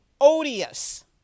odious